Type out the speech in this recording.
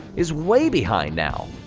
is way behind now.